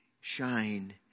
shine